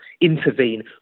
intervene